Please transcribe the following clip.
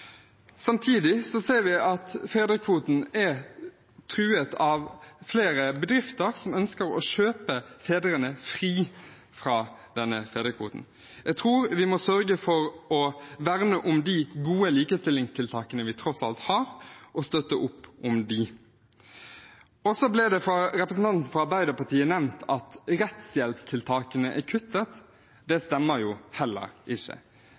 Samtidig ser vi at fedrekvoten er truet av flere bedrifter som ønsker å kjøpe fedrene fri fra denne fedrekvoten. Jeg tror vi må sørge for å verne om de gode likestillingstiltakene vi tross alt har, og støtte opp om dem. Representanten Trettebergstuen fra Arbeiderpartiet nevnte at rettshjelpstiltakene er kuttet. Det stemmer heller ikke.